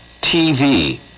TV